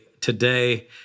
today